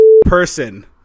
person